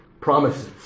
promises